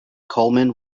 coleman